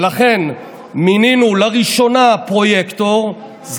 ולכן מינינו לראשונה פרויקטור לנושא הזה,